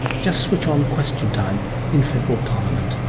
just switch on question time in federal parliament,